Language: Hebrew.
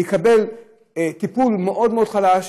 הוא טיפול מאוד מאוד חלש